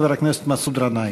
חבר הכנסת מסעוד גנאים.